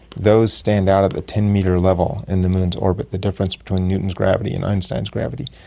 those stand out at the ten metre level in the moon's orbit, the difference between newton's gravity and einstein's gravity.